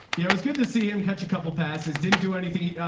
yeah it was good to see him catch a couple of passes. didn't do anything.